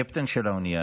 הקפטן של האונייה,